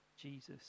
Jesus